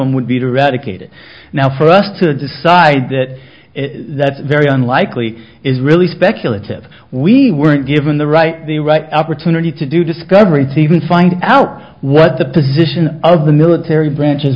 them would be to read ikeda now for us to decide that that's very unlikely is really speculative we weren't given the right the right opportunity to do discovery to even find out what the position of the military branches